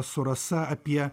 su rasa apie